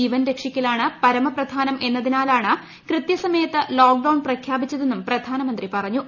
ജീവൻ രക്ഷ്മിക്കലാണ് പരമപ്രധാനം എന്നതിനാലാണ് കൃത്യ സമയത്ത് ലോക്ട്ഡ്ടൌൺ പ്രഖ്യാപിച്ചതെന്നും പ്രധാനമന്ത്രി പറഞ്ഞു